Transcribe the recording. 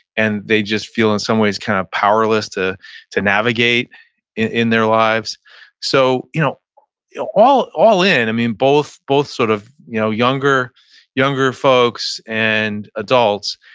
and they just feel in some ways kind of powerless to to navigate in their lives so you know you know all all in, and both both sort of you know younger younger folks and adults,